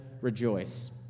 rejoice